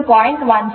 16 j 0